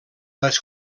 les